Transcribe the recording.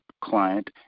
client